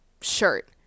shirt